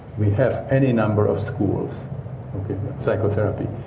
we have any number of schools psychotherapy,